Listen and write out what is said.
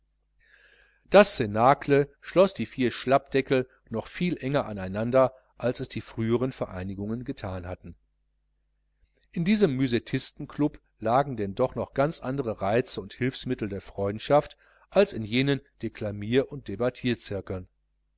das cnacle schloß die vier schlappdeckel noch viel enger aneinander als es die früheren vereinigungen gethan hatten in diesem müsettistenklub lagen denn doch noch ganz andere reize und hilfsmittel der freundschaft als in jenen deklamier und